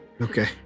Okay